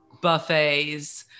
buffets